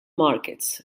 markets